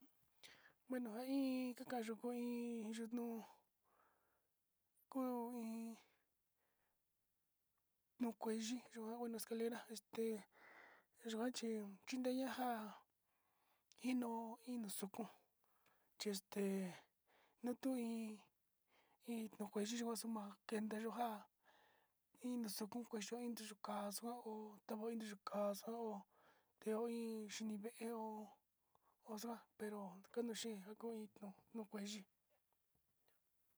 Bueno njain kakayo ko iin, iin yutno ko'o iin yuu kueni yo'o kuania escalera ha este nayikuan chi chinreña'a ino inoxuku xhexte akuu iin, iin no kueyikuan xuma'a kenyo njan iin no'o xukun kueya iin nruyu ka'a xua ho tevan nruyu kaxao teo iin xhini veeo ho xuan pero kanoxhen njako ino'o no kueyi.